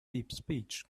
deepspeech